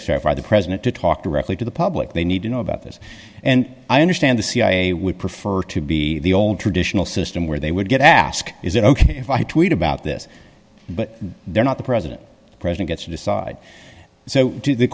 by the president to talk directly to the public they need to know about this and i understand the cia would prefer to be the old traditional system where they would get asked is it ok if i tweet about this but they're not the president the president gets to decide so the